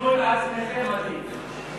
תתקנו את עצמכם, עדיף.